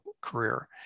career